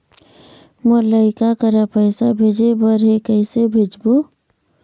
मोर लइका करा पैसा भेजें बर हे, कइसे भेजबो?